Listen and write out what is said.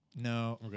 no